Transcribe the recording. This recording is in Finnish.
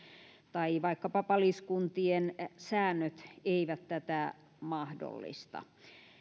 tai vaikkapa paliskuntien säännöt eivät tätä mahdollista